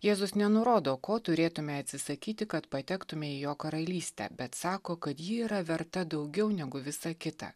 jėzus nenurodo ko turėtume atsisakyti kad patektume į jo karalystę bet sako kad ji yra verta daugiau negu visa kita